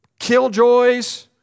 killjoys